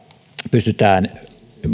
pystytään